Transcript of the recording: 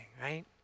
right